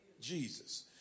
Jesus